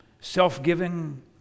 self-giving